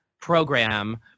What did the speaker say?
program